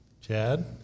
Chad